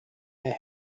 their